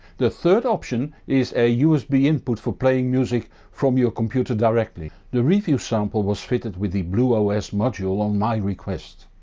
the third option is a usb input for playing music from your computer directly. the review sample was fitted with the bluos module on my request.